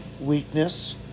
weakness